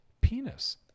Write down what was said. penis